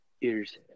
ears